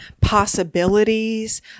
possibilities